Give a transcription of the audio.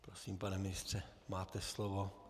Prosím, pane ministře, máte slovo.